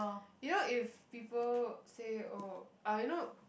you know if people say oh uh you know